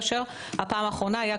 כאשר הפעם האחרונה הייתה,